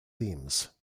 themes